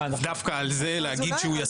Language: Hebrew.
דווקא על זה להגיד שהוא יסכים?